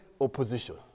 opposition